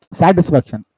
satisfaction